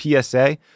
PSA